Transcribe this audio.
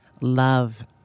love